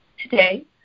Today